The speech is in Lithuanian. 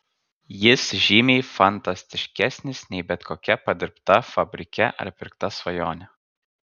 jis žymiai fantastiškesnis nei bet kokia padirbta fabrike ar pirkta svajonė